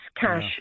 cash